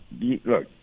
look